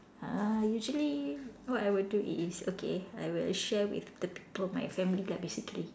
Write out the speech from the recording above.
uh usually what I would do is okay I would share with the people my family lah basically